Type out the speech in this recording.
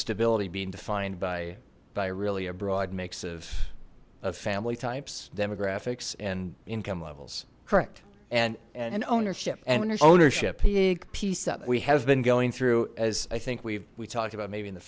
stability being defined by by really a broad mix of of family types demographics and income levels correct and an ownership ownership piece up we have been going through as i think we we talked about maybe in the